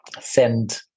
send